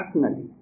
personally